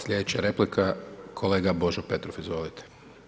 Sljedeća replika kolega Božo Petrov, izvolite.